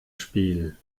spiel